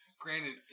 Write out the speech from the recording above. granted